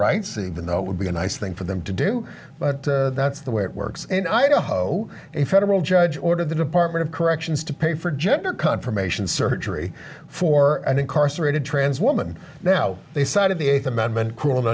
rights even though it would be a nice thing to them to do but that's the way it works in idaho a federal judge ordered the department of corrections to pay for gender confirmation surgery for an incarcerated trans woman now they cited the eighth amendment cruel and